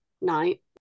night